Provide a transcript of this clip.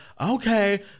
okay